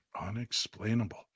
Unexplainable